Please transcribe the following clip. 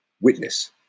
witness